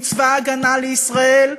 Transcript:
עם צבא ההגנה לישראל,